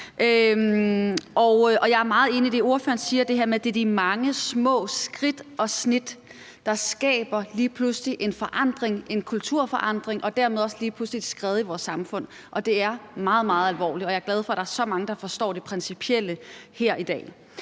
Jeg er meget enig i det, ordføreren siger, om det her med, at det er de mange små skridt og snit, der lige pludselig skaber en forandring, en kulturforandring, og dermed også lige pludselig et skred i vores samfund. Det er meget, meget alvorligt, og jeg er glad for, at der er så mange, der forstår det principielle her i dag.